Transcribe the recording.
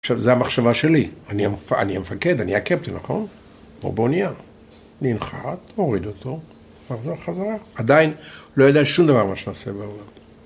עכשיו זו המחשבה שלי, אני המפקד, אני הקפטן נכון? או באוניה, ננחת, נוריד אותו, וחזרה, עדיין לא יודע שום דבר מה שנעשה בעולם.